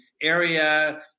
area